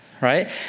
right